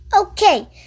Okay